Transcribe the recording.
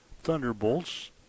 Thunderbolts